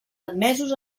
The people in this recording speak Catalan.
admesos